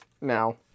now